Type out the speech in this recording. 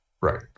Right